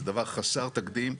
זה דבר חסר תקדים.